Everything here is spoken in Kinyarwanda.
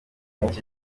n’icyo